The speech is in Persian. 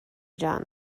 جان